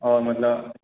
हाँ मतलब